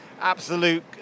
absolute